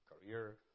career